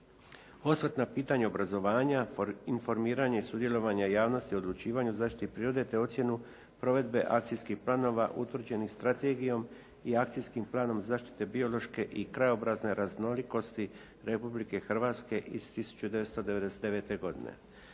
osvrt na pitanja obrazovanja, informiranje i sudjelovanje javnosti u odlučivanju o zaštiti prirode te ocjenu provedbe akcijskih planova utvrđenih strategijom i akcijskim planom biološke i krajobrazne raznolikosti Republike Hrvatske iz 1999. godine.